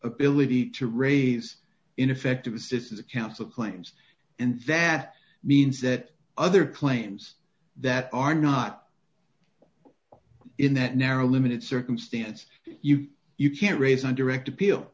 ability to raise ineffective assistance of counsel claims and that means that other claims that are not in that narrow limited circumstance you can't raise on direct appeal